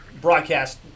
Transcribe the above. broadcast